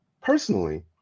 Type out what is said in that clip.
personally